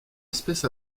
espèce